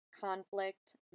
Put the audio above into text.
conflict